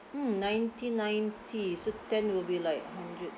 mm nineteen ninety so ten will be like hundred